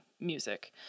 music